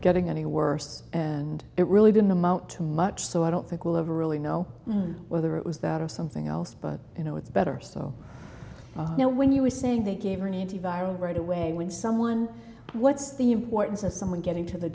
getting any worse and it really didn't amount to much so i don't think we'll ever really know whether it was that or something else but you know it's better so now when you were saying they gave her an antiviral right away when someone what's the importance of someone getting to the